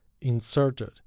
inserted